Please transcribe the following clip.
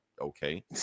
okay